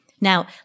Now